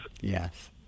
Yes